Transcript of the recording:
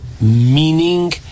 Meaning